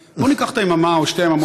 אבל בואו ניקח את היממה או את שתי היממות